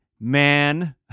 man